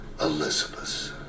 Elizabeth